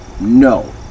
No